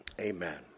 Amen